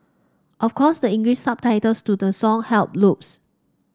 of course the English subtitles to the song helped loads